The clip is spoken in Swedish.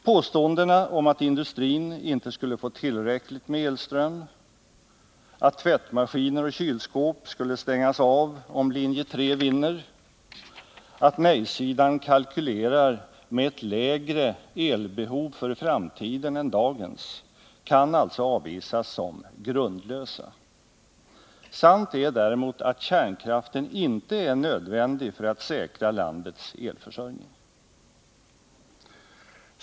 Påståendena om att industrin inte skulle få tillräckligt med elström, att tvättmaskiner och kylskåp skulle stängas av om linje 3 vinner, att nej-sidan kalkylerar med ett lägre elbehov för framtiden än dagens kan alltså avvisas som grundlösa. Sant är däremot att kärnkraften inte är nödvändig för att vi skall kunna säkra landets elförsörjning.